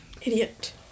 Idiot